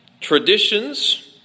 traditions